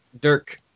Dirk